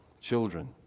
children